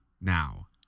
now